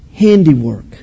Handiwork